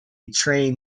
train